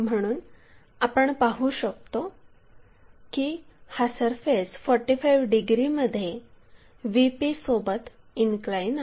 म्हणून आपण पाहु यामध्ये शकतो की हा सरफेस 45 डिग्रीमध्ये VP सोबत इनक्लाइन आहे